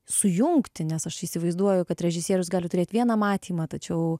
sujungti nes aš įsivaizduoju kad režisierius gali turėt vieną matymą tačiau